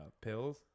pills